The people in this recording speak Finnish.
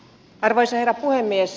arvoisa herra puhemies